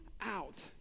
out